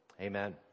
Amen